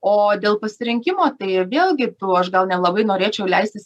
o dėl pasirinkimo tai vėlgi aš gal nelabai norėčiau leistis